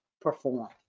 perform